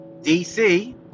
DC